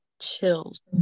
chills